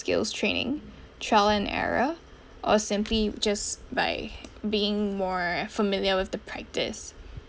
skills training trial and error or simply just by being more familiar with the practice